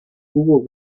hubo